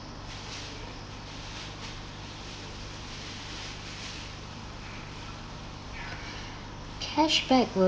cashback